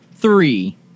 Three